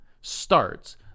starts